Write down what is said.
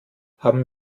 haben